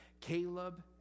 Caleb